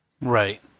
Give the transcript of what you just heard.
Right